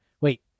Wait